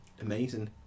amazing